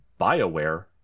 BioWare